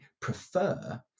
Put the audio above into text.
prefer